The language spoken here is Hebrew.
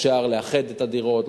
אפשר לאחד את הדירות,